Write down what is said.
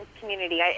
community